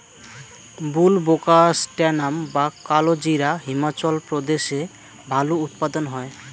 বুলবোকাস্ট্যানাম বা কালোজিরা হিমাচল প্রদেশে ভালো উৎপাদন হয়